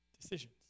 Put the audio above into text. decisions